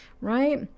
Right